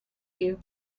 you